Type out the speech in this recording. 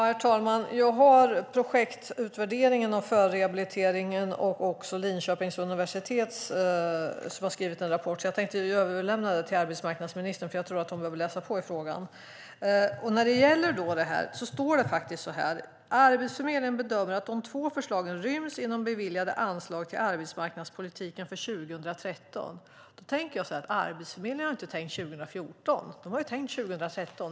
Herr talman! Jag har projektutvärderingen av förrehabiliteringen och Linköpings universitets rapport. Jag tänkte överlämna dem till arbetsmarknadsministern, för jag tror att hon behöver läsa på i frågan. Arbetsförmedlingen skriver: "Arbetsförmedlingen bedömer att de två förslagen ryms inom beviljade anslag till arbetsmarknadspolitiken för 2013." Då tänker jag: Arbetsförmedlingen har ju inte tänkt 2014 utan 2013.